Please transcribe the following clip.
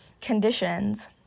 conditions